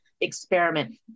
experiment